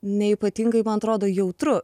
neypatingai man atrodo jautru